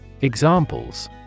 Examples